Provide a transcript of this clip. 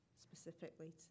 specifically